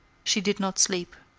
she did not sleep.